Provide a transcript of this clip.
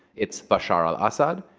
it's bashar al-assad.